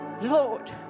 Lord